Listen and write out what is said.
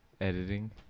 editing